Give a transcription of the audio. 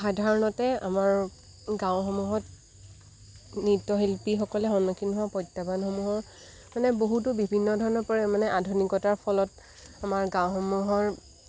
সাধাৰণতে আমাৰ গাঁওসমূহত নৃত্যশিল্পীসকলে সন্মুখীন হোৱা প্ৰত্যাহ্বানসমূহৰ মানে বহুতো বিভিন্ন ধৰণৰ পৰে মানে আধুনিকতাৰ ফলত আমাৰ গাঁওসমূহৰ